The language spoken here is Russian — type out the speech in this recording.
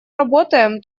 работаем